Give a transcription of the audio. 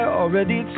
already